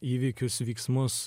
įvykius vyksmus